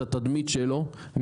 את התדמית שלו,